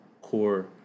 core